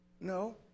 No